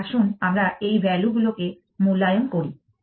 তাই আসুন আমরা এই ভ্যালু গুলোকে মূল্যায়ন করি